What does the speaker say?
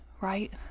right